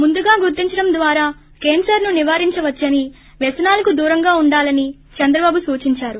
ముందుగా గుర్తించడం ద్వారా కేస్సర్ను నివారించవచ్చని వ్యసనాలకు దూరంగా ఉండాలని చంద్రబాబు సూచించారు